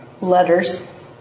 letters